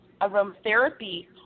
aromatherapy